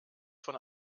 von